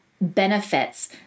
benefits